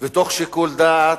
ותוך שיקול דעת,